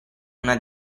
una